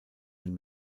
ein